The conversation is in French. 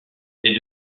est